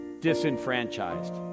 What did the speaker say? disenfranchised